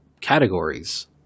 categories